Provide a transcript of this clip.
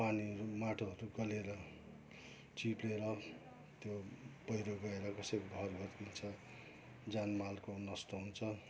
पानीहरू माटोहरू गलेर चिप्लेर त्यो पैह्रो गएर कसैको घर भत्किन्छ ज्यान मालको नष्ट हुन्छ